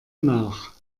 nach